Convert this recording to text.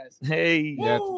Hey